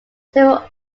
several